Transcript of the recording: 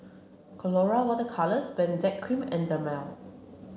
Colora water Colours Benzac cream and Dermale